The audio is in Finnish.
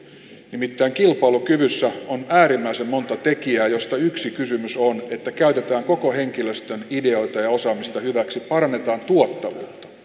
nimittäin kilpailukyvyssä on äärimmäisen monta tekijää joista yksi kysymys on että käytetään koko henkilöstön ideoita ja osaamista hyväksi parannetaan tuottavuutta